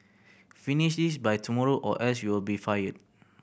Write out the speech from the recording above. finish this by tomorrow or else you'll be fired